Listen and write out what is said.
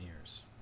years